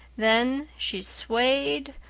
then she swayed,